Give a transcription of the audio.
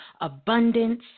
Abundance